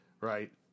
right